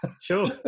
Sure